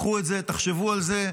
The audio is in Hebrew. קחו את זה, תחשבו על זה,